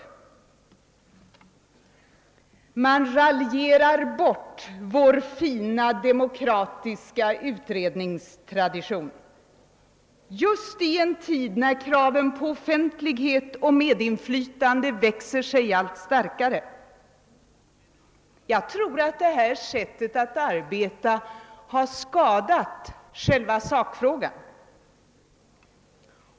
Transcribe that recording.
Man raljerar bort vår fina demokratiska utredningstradition, just i en tid när kraven på offentlighet och medinflytande växer sig allt starkare. Jag tror att detta sätt att arbeta har skadat själva saken.